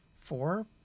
four